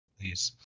please